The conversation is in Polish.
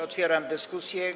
Otwieram dyskusję.